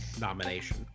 nomination